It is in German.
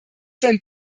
sein